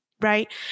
right